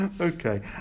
Okay